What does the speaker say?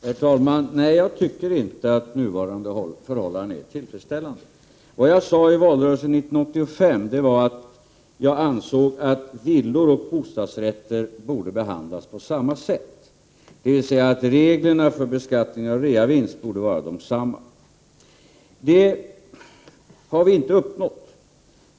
Herr talman! Nej, jag tycker inte att de nuvarande förhållandena är tillfredsställande. I valrörelsen 1985 sade jag att jag ansåg att villor och bostadsrätter borde behandlas på samma sätt, dvs. att reglerna för beskattning av reavinst borde vara desamma. Det har vi inte uppnått.